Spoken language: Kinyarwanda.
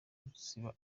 gusiba